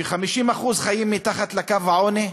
ש-50% מהם חיים מתחת לקו העוני,